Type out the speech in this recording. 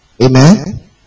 Amen